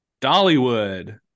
Dollywood